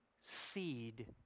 seed